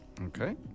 Okay